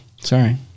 Sorry